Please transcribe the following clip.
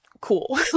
cool